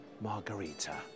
Margarita